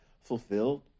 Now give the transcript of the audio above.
fulfilled